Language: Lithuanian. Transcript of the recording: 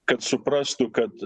kad suprastų kad